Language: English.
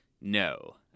No